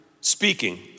speaking